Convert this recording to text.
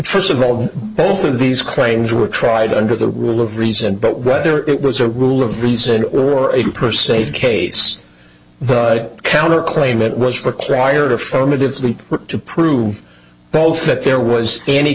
first of all both of these claims were tried under the rule of reason but whether it was a rule of reason or a per se case the counter claim it was required of for me to flee to prove both that there was any